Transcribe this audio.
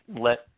let